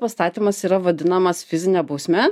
pastatymas yra vadinamas fizine bausme